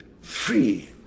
free